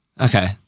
Okay